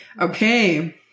Okay